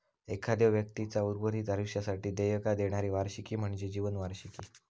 एखाद्यो व्यक्तीचा उर्वरित आयुष्यासाठी देयका देणारी वार्षिकी म्हणजे जीवन वार्षिकी